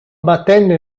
battendo